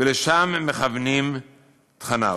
ולשם מכוונים תכניו.